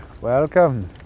Welcome